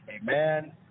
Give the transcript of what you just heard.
Amen